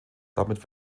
damit